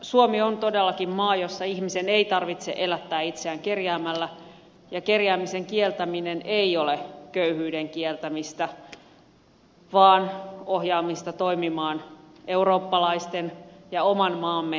suomi on todellakin maa jossa ihmisen ei tarvitse elättää itseään kerjäämällä ja kerjäämisen kieltäminen ei ole köyhyyden kieltämistä vaan ohjaamista toimimaan eurooppalaisten ja oman maamme turvajärjestelmien mukaan